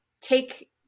take